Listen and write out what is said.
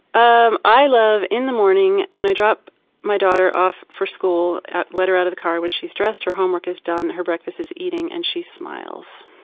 um i love in the morning when i drop my daughter off for school, let her out of the car when she's dressed, her homework is done, her breakfast is eaten, and she smiles.